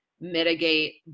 mitigate